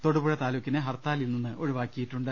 തൊടുപുഴ താലൂക്കിനെ ഹർത്താലിൽ നിന്ന് ഒഴിവാക്കിയിട്ടുണ്ട്